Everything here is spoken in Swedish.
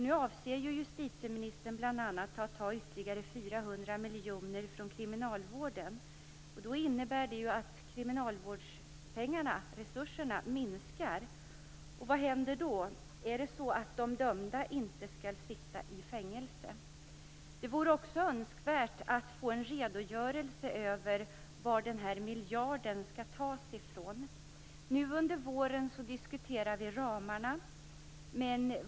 Nu avser justitieministern bl.a. att ta ytterligare 400 miljoner från kriminalvården. Det innebär att kriminalvårdsresurserna minskar. Vad händer då? Skall de dömda inte sitta i fängelse? Det vore också önskvärt att få en redogörelse för varifrån miljarden skall tas. Nu under våren diskuterar vi ramarna.